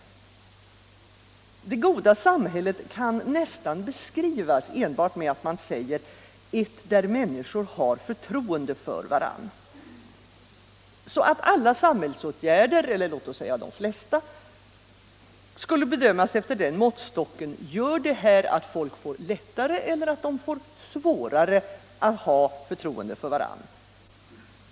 Det goda samhället kan nästan beskrivas enbart med att säga: Ett där människor har förtroende för varann. Alla samhällsåtgärder eller åtminstone de flesta skulle bedömas efter den måttstocken: Gör det här att folk får lättare, eller svårare, att ha förtroende för varann?